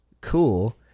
cool